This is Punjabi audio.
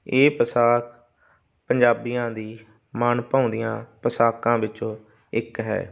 ਇਹ ਪੌਸ਼ਾਕ ਪੰਜਾਬੀਆਂ ਦੀ ਮਨ ਭਾਉਂਦੀਆਂ ਪੌਸ਼ਾਕਾਂ ਵਿੱਚੋਂ ਇੱਕ ਹੈ